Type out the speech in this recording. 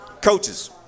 Coaches